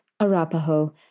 Arapaho